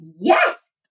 Yes